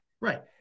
Right